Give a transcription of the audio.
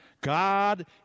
God